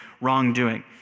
wrongdoing